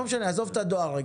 עזוב את הדואר.